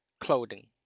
clothing